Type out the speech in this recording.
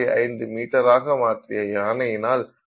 5 மீட்டராக மாற்றிய யானையினால் மாற்றம் ஏற்படுமா